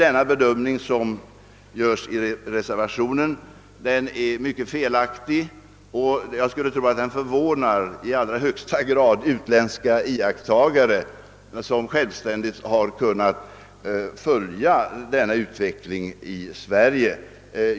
Den bedömning som görs i reservationen 3 är därför felaktig, och jag skulle tro att den i allra högsta grad förvånar utländska iakttagare som självständigt har kunnat följa denna utveckling i Sverige.